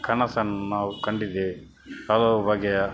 ಕನಸನ್ನು ನಾವು ಕಂಡಿದ್ದೇವೆ ಹಲವು ಬಗೆಯ